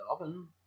oven